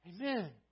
Amen